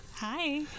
Hi